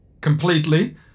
completely